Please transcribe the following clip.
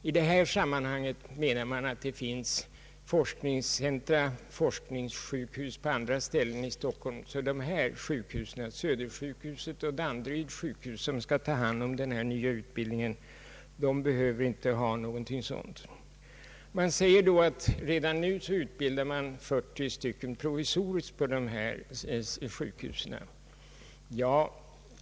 I detta sammanhang menar man att det finns forskningssjukhus på andra ställen i Stockholm, så att Södersjukhuset och Danderyds sjukhus som skall ta hand om den nya utbildningen inte behöver någonting sådant. Man säger också att redan nu utbildas 40 provisoriskt på dessa sjukhus.